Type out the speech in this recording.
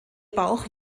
bauch